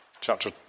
chapter